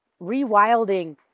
rewilding